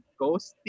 ghosty